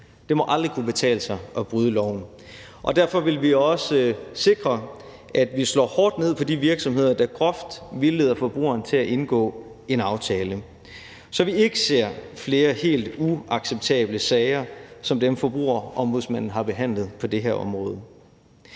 Det må aldrig kunne betale sig at bryde loven. Og derfor vil vi også sikre, at vi slår hårdt ned på de virksomheder, der groft vildleder forbrugerne til at indgå en aftale, så vi ikke ser flere af de helt uacceptable sager som dem, Forbrugerombudsmanden har behandlet på det her område.